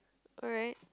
alright